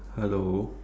hello